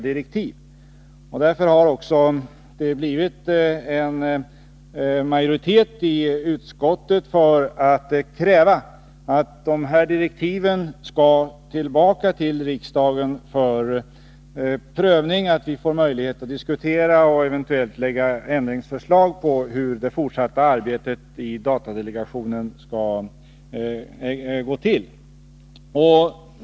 Därför har också en majoritet i utskottet krävt att dessa direktiv går till riksdagen för prövning, så att vi får möjlighet att diskutera och eventuellt lägga fram ändringsförslag om hur det fortsatta arbetet i datadelegationen skall gå till.